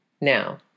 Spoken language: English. Now